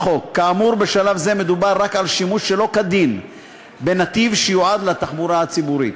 בשלב זה מדובר רק על שימוש שלא כדין בנתיב שיועד לתחבורה הציבורית.